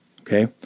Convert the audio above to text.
Okay